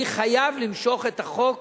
אני חייב למשוך את החוק